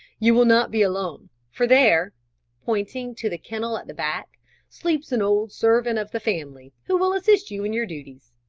you will not be alone, for there pointing to the kennel at the back sleeps an old servant of the family, who will assist you in your duties.